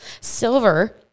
Silver